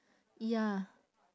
ya